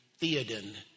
Theoden